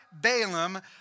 Balaam